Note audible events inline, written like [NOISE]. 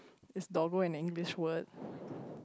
is doggo an English word [BREATH]